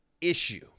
issue